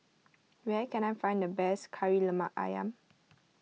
where can I find the best Kari Lemak Ayam